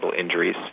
injuries